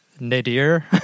nadir